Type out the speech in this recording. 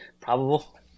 Probable